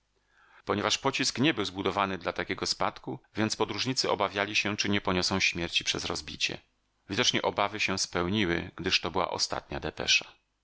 ponieważ pocisk nie był zbudowany dla takiego spadku więc podróżnicy obawiali się czy nie poniosą śmierci przez rozbicie widocznie obawy się spełniły gdyż to była ostatnia